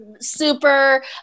super